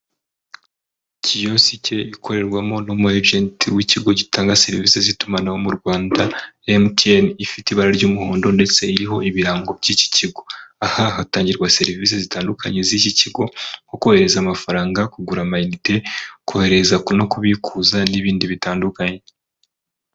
Kiyosike ikorerwamo n'umu egenti w'ikigo gitanga serivisi z'itumanaho mu Rwanda MTN, ifite ibara ry'umuhondo ndetse iriho ibirango by'iki kigo, aha hatangirwa serivisi zitandukanye z'iki kigo nko kohereza amafaranga, kugura matite, kohereza no kubikuza n'ibindi bitandukanye.